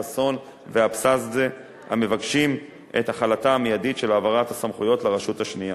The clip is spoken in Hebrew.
חסון ואבסדזה המבקשים את החלתה המיידית של העברת הסמכויות לרשות השנייה.